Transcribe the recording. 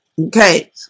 Okay